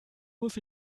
muss